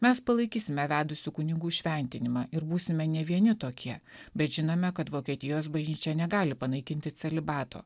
mes palaikysime vedusių kunigų įšventinimą ir būsime nevieni tokie bet žinome kad vokietijos bažnyčia negali panaikinti celibato